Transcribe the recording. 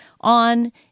on